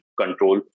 control